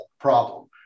problem